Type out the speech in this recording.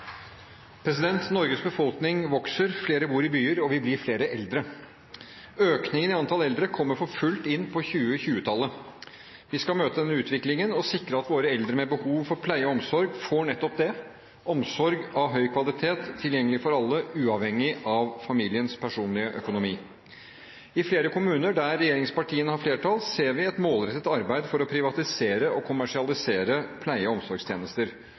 Norges befolkning vokser, flere bor i byer, og vi blir flere eldre. Økningen i antallet eldre kommer for fullt inn på 2020-tallet. Vi skal møte denne utviklingen og sikre at våre eldre med behov for pleie og omsorg får nettopp det – omsorg av høy kvalitet, som er tilgjengelig for alle uavhengig av familiens personlige økonomi. I flere kommuner hvor regjeringspartiene har flertall, ser vi et målrettet arbeid for å privatisere og kommersialisere pleie- og omsorgstjenester.